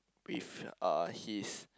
with uh his